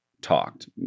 talked